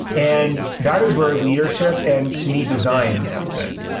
and that is where ah leadership and to me, design comes in.